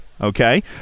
okay